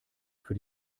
für